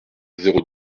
zéro